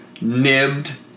nibbed